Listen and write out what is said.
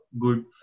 good